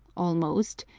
almost,